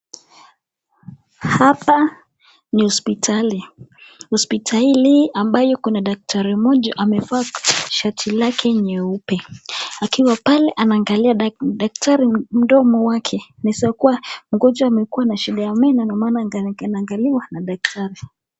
Hapa ni hospitali. Hospitali ambayo kuna daktari mmoja amevaa shati lake nyeupe. Akiwa pale anaangalia mdomo wake. Inaweza kuwa mgonjwa amekuwa na shida ya meno ndio maana anaangaliwa na daktari.